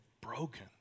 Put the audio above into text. broken